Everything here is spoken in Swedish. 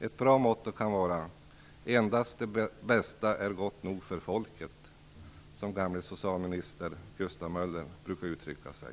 Ett bra motto kan vara att endast det bästa är gott nog för folket, som gamle socialminister Gustav Möller brukade uttrycka sig.